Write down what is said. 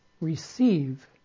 Receive